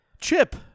Chip